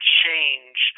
change